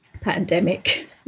pandemic